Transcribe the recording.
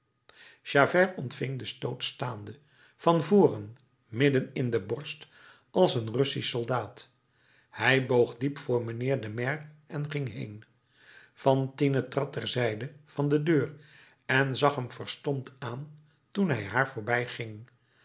javert ontving den stoot staande van voren midden in de borst als een russisch soldaat hij boog diep voor mijnheer den maire en ging heen fantine trad ter zijde van de deur en zag hem verstomd aan toen hij haar